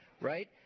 right